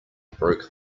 broke